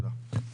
תודה.